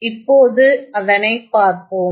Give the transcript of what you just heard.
இப்போது அதனை பார்ப்போம்